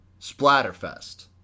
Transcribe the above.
Splatterfest